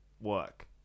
work